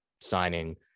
signing